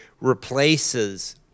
replaces